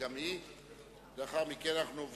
וזה מה שאנחנו עושים הערב,